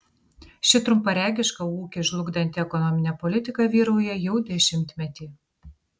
ši trumparegiška ūkį žlugdanti ekonominė politika vyrauja jau dešimtmetį